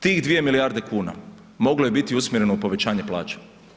Tih 2 milijarde kuna moglo je biti usmjereno u povećanje plaća.